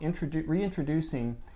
reintroducing